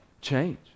change